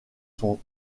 sont